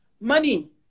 money